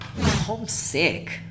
Homesick